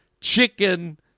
chicken